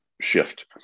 shift